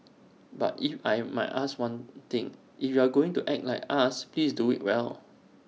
but if I might ask one thing if you are going to act like us please do IT well